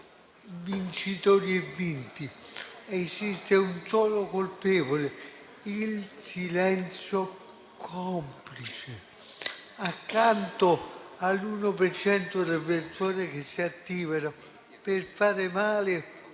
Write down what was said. vincitori e vinti. Esiste un solo colpevole: il silenzio complice. Accanto all'uno percento delle persone che si attivano fare male